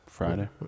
Friday